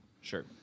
Sure